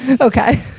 Okay